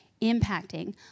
impacting